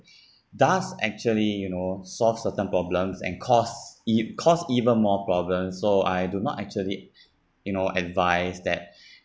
does actually you know solve certain problems and cause e~ even more problems so I do not actually you know advise that